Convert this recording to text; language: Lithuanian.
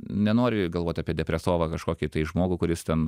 nenori galvot apie depresovą kažkokį žmogų kuris ten